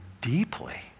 deeply